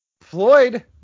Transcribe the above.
Floyd